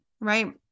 right